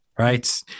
right